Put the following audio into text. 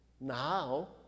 Now